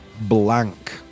blank